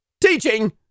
Teaching